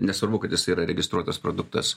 nesvarbu kad jisai yra registruotas produktas